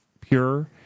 pure